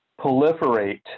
proliferate